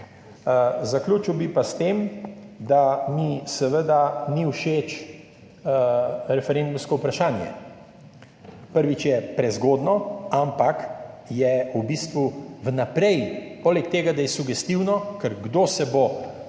Zaključil bi pa s tem, da mi seveda ni všeč referendumsko vprašanje. Prvič je prezgodnje in je v bistvu vnaprej, poleg tega, da je sugestivno, ker kdo se bo boril